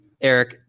Eric